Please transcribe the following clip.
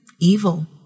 evil